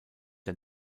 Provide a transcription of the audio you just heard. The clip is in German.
der